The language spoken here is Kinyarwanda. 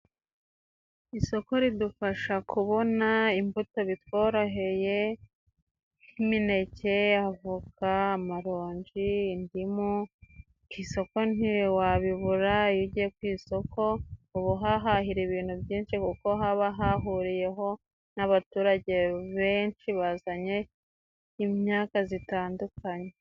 Isoko ridufasha kubona imbuto bitworoheye nk'imineke, avoka, amaronji, indimu ku isoko ntiwabibura. Iyo ugiye ku isoko uba uhahahira ibintu byinshi kuko haba hahuriyeho n'abaturage benshi bazanye imyaka zitandukanye.